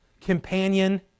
companion